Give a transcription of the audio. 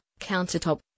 countertop